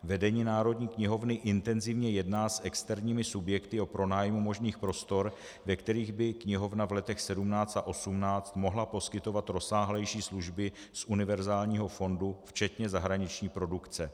Vedení Národní knihovny intenzivně jedná s externími subjekty o pronájmu možných prostor, ve kterých by knihovna v letech 2017 a 2018 mohla poskytovat rozsáhlejší služby z univerzálního fondu včetně zahraniční produkce.